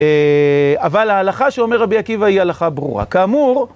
אבל ההלכה שאומר רבי עקיבא היא הלכה ברורה כאמור.